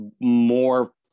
more